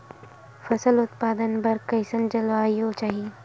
फसल उत्पादन बर कैसन जलवायु चाही?